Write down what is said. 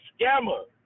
scammer